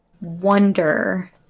wonder